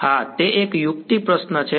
હા તે એક યુક્તિ પ્રશ્ન હતો